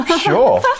sure